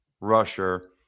rusher